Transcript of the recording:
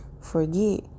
forget